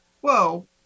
Whoa